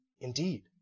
indeed